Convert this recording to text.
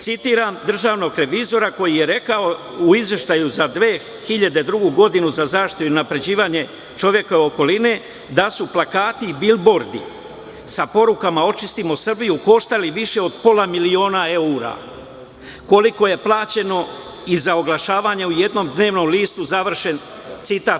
Citiram državnog revizora, koji je rekao u izveštaju za 2002. godinu za zaštitu i unapređivanje čovekove okoline „da su plakati i bilbordi sa porukama „Očistimo Srbiju“, koštali više od pola miliona eura, koliko je plaćeno i za oglašavanje u jednom dnevnom listu“, završen citat.